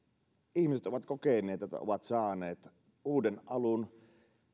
ihmiset ovat kokeneet että ovat saaneet uuden alun